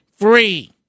free